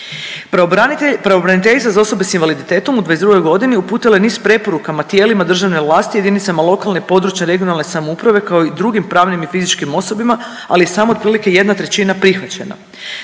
pravobraniteljica za osobe s invaliditetom u '22. godini uputila je niz preporuka tijelima državne vlasti, jedinicama lokalne i područne (regionalne) samouprave kao i drugim pravnim i fizičkim osobama ali samo je otprilike 1/3 prihvaćena.